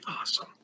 awesome